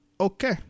Okay